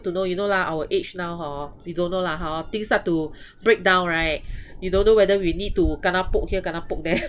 to know you know lah our age now hor we don't know lah hor things start to break down right you don't know whether we need to kena poke here kena poke there